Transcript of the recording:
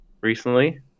recently